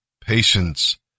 patience